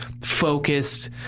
focused